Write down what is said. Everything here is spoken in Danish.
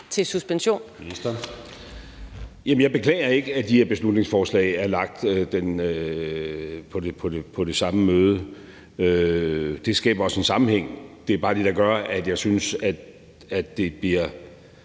Rasmussen): Jeg beklager ikke, at de her beslutningsforslag er lagt på det samme møde. Det skaber også en sammenhæng. Det er bare det, der gør, at jeg synes, at det bliver